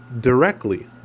directly